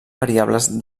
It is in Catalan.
variables